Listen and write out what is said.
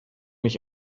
ich